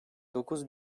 dokuz